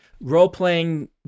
Role-playing